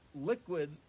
liquid